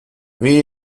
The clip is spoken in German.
wie